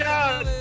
God